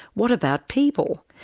what about people?